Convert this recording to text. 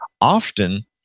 often